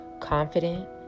confident